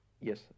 yes